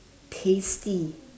tasty